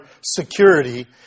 security